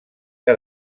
que